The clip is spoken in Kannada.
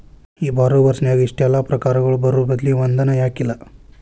ಈ ಬಾರೊವರ್ಸ್ ನ್ಯಾಗ ಇಷ್ಟೆಲಾ ಪ್ರಕಾರಗಳು ಇರೊಬದ್ಲಿ ಒಂದನ ಯಾಕಿಲ್ಲಾ?